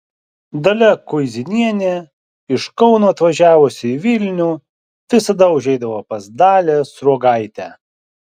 dalia kuizinienė iš kauno atvažiavusi į vilnių visada užeidavo pas dalią sruogaitę